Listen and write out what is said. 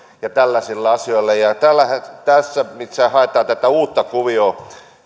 ja tällaisilla asioilla tässä haetaan tätä uutta kuvioita